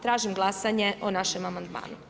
Tražim glasanje o našem amandmanu.